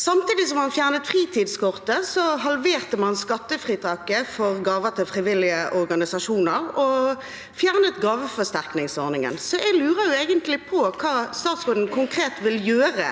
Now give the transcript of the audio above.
Samtidig som man fjernet fritidskortet, halverte man skattefritaket for gaver til frivillige organisasjoner og fjernet gaveforsterkningsordningen. Så jeg lurer egentlig på hva statsråden konkret vil gjøre